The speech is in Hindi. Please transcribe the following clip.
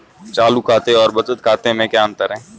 चालू खाते और बचत खाते में क्या अंतर है?